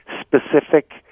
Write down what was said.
specific